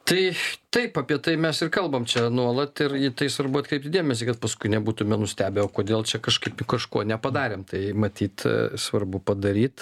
tai taip apie tai mes ir kalbam čia nuolat ir į tai svarbu atkreipti dėmesį kad paskui nebūtume nustebę o kodėl čia kažkaip kažko nepadarėm tai matyt svarbu padaryt